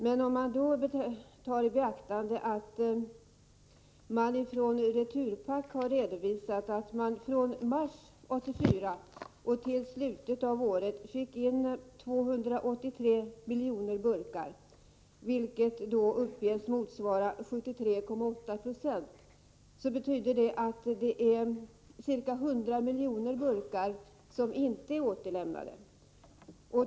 Men om vi tar i beaktande att Returpack har redovisat att man från mars 1984 fram till slutet av året fick in 283 miljoner burkar, vilket uppges motsvara 73,8 26, betyder det att ca 100 miljoner burkar inte är återlämnade.